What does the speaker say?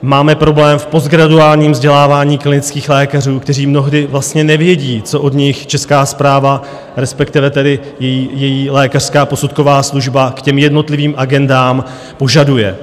Máme problém v postgraduálním vzdělávání klinických lékařů, kteří mnohdy nevědí, co od nich česká správa, respektive tedy její lékařská posudková služba, k jednotlivým agendám požaduje.